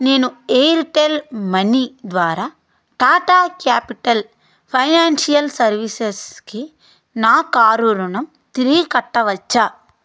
నేను Airtel Money ద్వారా Tata Capital Financial సర్వీసెస్కి నా కారు రుణం తిరిగి కట్టవచ్చా